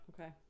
Okay